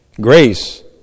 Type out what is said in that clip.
Grace